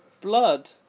blood